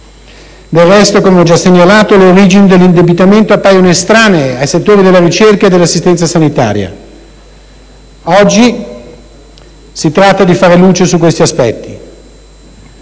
Del resto, come ho già segnalato, le origini dell'indebitamento appaiono estranee ai settori della ricerca e dell'assistenza sanitaria. Oggi si tratta di fare luce su questi aspetti